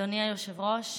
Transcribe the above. אדוני היושב-ראש,